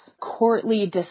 courtly